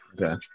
Okay